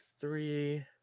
three